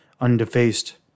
undefaced